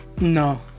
No